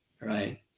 right